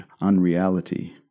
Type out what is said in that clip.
unreality